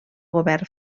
govern